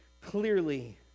clearly